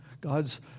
God's